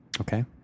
Okay